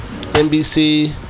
NBC